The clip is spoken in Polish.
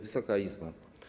Wysoka Izbo!